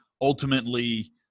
ultimately